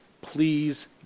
please